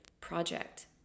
project